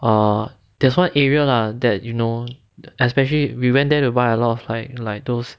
err there's one area lah that you know especially we went there to buy a lot like like those